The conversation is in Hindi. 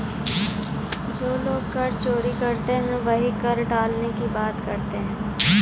जो लोग कर चोरी करते हैं वही कर टालने की बात करते हैं